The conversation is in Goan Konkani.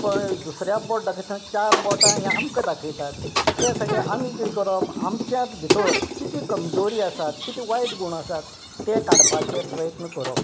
पळय दुसऱ्या बोट दाखयतना चार बोटां आमकां दाखयतात त्या साठी आमी कित करप आमच्या भितर कितें कमजोरी आसात कितें वायट गूण आसात ते काडपाचे प्रयत्न करप